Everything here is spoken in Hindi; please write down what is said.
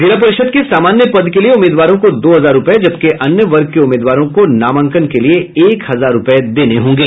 जिला परिषद के सामान्य पद के लिए उम्मीदवारों को दो हजार रूपये जबकि अन्य वर्ग के उम्मीदवारों को नामांकन के लिए एक हजार रूपये देने होंगे